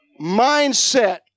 Mindset